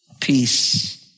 Peace